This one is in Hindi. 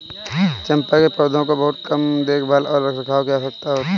चम्पा के पौधों को बहुत कम देखभाल और रखरखाव की आवश्यकता होती है